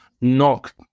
knock